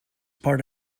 part